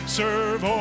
serve